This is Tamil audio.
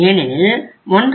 ஏனெனில் 1